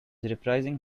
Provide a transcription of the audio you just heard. reprising